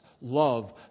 love